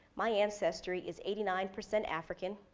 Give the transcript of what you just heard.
my ancestry is eighty nine percent african,